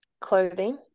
clothing